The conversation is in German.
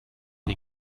die